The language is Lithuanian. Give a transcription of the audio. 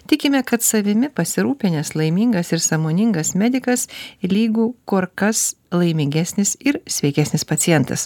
tikime kad savimi pasirūpinęs laimingas ir sąmoningas medikas lygu kur kas laimingesnis ir sveikesnis pacientas